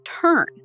turn